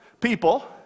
people